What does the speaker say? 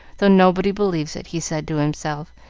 though nobody believes it, he said to himself,